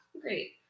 great